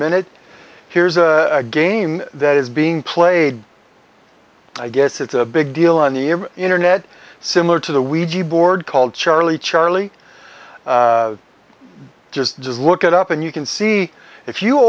minute here's a game that is being played i guess it's a big deal on the internet similar to the weedy board called charlie charlie just does look at up and you can see if you